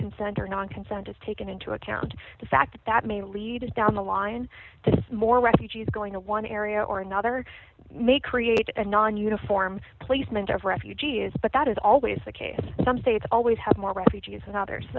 centering on consent is taken into account the fact that may lead us down the line to see more refugees going to one area or another may create and nonuniform placement of refugees but that is always the case some states always have more refugees and others